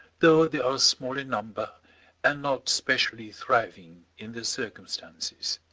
though they are small in number and not specially thriving in their circumstances.